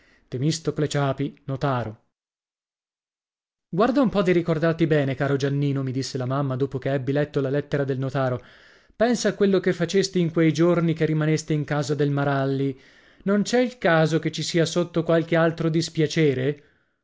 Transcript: notaro guarda un po di ricordarti bene caro giannino mi disse la mamma dopo che ebbi letto la lettera del notaro pensa a quello che facesti in quei giorni che rimanesti in casa del maralli non c'è il caso che ci sia sotto qualche altro dispiacere